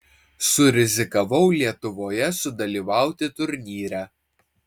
surizikavau lietuvoje sudalyvauti turnyre